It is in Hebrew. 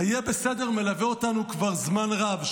ה'יהיה בסדר' מלווה אותנו כבר זמן רב,